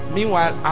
Meanwhile